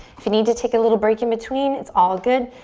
if you need to take a little break in-between, it's all good.